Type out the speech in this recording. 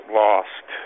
lost